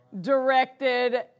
directed